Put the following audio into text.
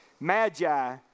Magi